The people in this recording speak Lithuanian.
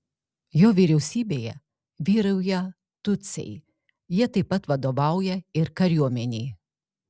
jo vyriausybėje vyrauja tutsiai jie taip pat vadovauja ir kariuomenei